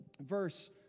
verse